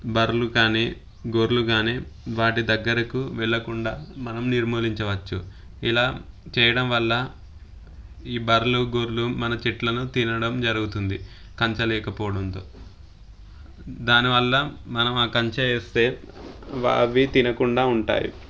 బర్రెలు కానీ గొర్రెలు కానీ వాటి దగ్గరకు వెళ్ళకుండా మనం నిర్మూలించవచ్చు ఇలా చేయడం వల్ల ఈ బర్రెలు గొర్రెలు మన చెట్లను తినడం జరుగుతుంది కంచె లేకపోవడంతో దానివల్ల మనం ఆ కంచె వేస్తే అవి తినకుండా ఉంటాయి